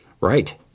Right